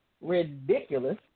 ridiculous